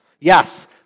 Yes